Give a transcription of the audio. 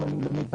אני רוקח